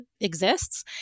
exists